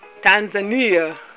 tanzania